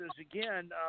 again